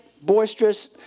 boisterous